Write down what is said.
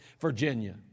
Virginia